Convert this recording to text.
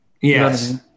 Yes